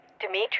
Dimitri